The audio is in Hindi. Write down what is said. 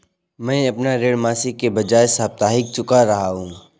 मैं अपना ऋण मासिक के बजाय साप्ताहिक चुका रहा हूँ